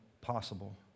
possible